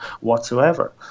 whatsoever